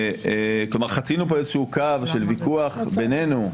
חצינו פה איזה קו של ויכוח בינינו,